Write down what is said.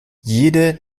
jede